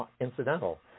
incidental